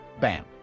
Bam